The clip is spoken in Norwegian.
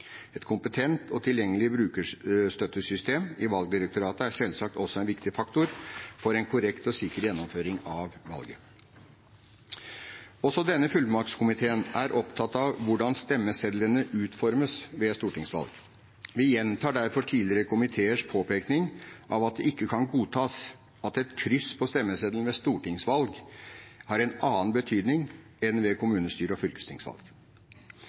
Et kompetent og tilgjengelig brukerstøttesystem i Valgdirektoratet er selvsagt også en viktig faktor for en korrekt og sikker gjennomføring av valget. Også denne fullmaktskomiteen er opptatt av hvordan stemmesedlene utformes ved stortingsvalg. Vi gjentar derfor tidligere komiteers påpekning av at det ikke kan godtas at et kryss på stemmeseddelen ved stortingsvalg har en annen betydning enn ved kommunestyre- og fylkestingsvalg.